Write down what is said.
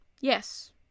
Yes